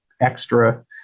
extra